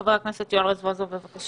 חבר הכנסת יואל רזבוזוב, בבקשה.